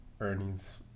earnings